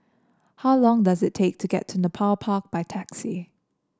how long does it take to get to Nepal Park by taxi